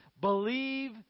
Believe